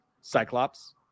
Cyclops